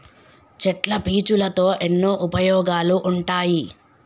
చెట్ల పీచులతో ఎన్నో ఉపయోగాలు ఉంటాయి